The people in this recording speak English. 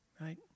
right